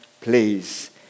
please